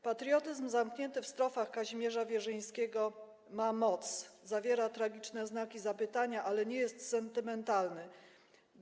Patriotyzm zamknięty w strofach Kazimierza Wierzyńskiego ma moc, zawiera tragiczne znaki zapytania, ale nie jest sentymentalny.